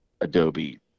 Adobe